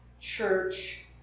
church